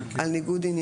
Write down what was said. על ניגוד עניינים.